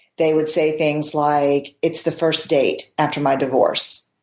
they would say things like, it's the first date after my divorce.